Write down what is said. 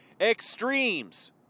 extremes